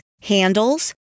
handles